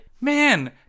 Man